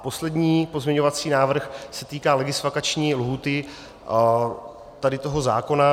Poslední pozměňovací návrh se týká legisvakanční lhůty tohoto zákona.